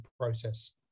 process